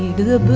the